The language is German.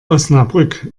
osnabrück